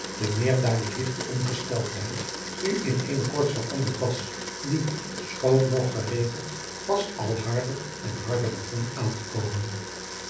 te meer daar die ligte ongesteldheid nu in eene koorts veranderd was die schoon nog geregeld vast al harder en harder begon aan te komen